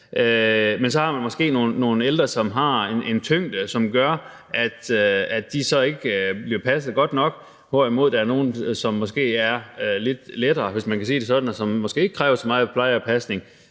som har en tyngde med hensyn til pasning, som gør, at de ikke bliver passet godt nok, hvorimod der så er nogle, som måske er lidt lettere, hvis det kan siges sådan, og som måske ikke kræver så meget pleje og pasning,